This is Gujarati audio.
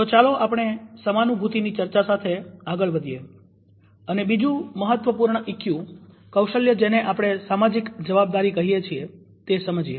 તો ચાલો આપણે સમાનુભુતિની ચર્ચા સાથે આગળ વધીએ અને બીજુ મહત્વપૂર્ણ ઇક્યું કૌશલ્ય જેને આપણે સામાજિક જવાબદારી કહીએ છીએ તે સમજીએ